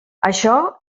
això